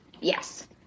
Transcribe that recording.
Yes